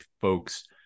folks